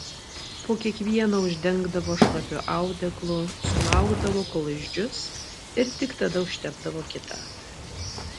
po kiekvieno uždengdavo šlapiu audeklu sulaukdavo kol išdžius ir tik tada užtepdavo kitą